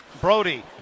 Brody